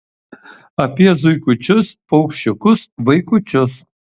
apie zuikučius paukščiukus vaikučius